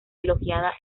elogiada